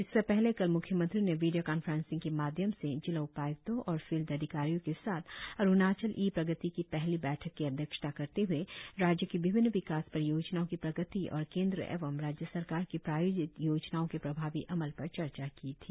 इससे पहले कल म्ख्यमंत्री ने वीडियों कांफ्रेसिंग के माध्यम से जिला उपाय्क्तो और फील्ड अधिकारियों के साथ अरुणाचल ई प्रगति की पहली बैठक की अध्यक्षता करते हए राज्य की विभिन्न विकास परियोजनाओं की प्रगति और केंद्र एवं राज्य सरकार की प्रायोजित योजनाओ के प्रभावी अमल पर चर्चा की थी